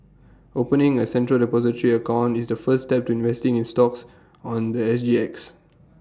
opening A central Depository account is the first step to investing in stocks on The S G X